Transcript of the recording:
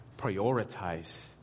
prioritize